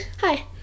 Hi